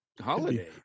holiday